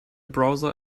browser